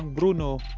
bruno